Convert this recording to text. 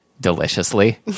Deliciously